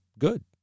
good